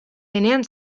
denean